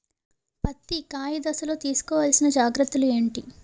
పత్తి కాయ దశ లొ తీసుకోవల్సిన జాగ్రత్తలు ఏంటి?